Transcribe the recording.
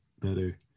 better